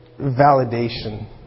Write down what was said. validation